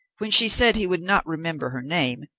when she said he would not remember her name,